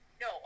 No